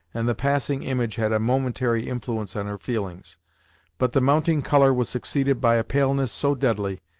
and the passing image had a momentary influence on her feelings but the mounting colour was succeeded by a paleness so deadly,